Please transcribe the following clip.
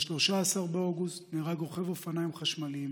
ב-13 באוגוסט נהרג רוכב אופניים חשמליים